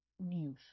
News